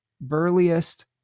burliest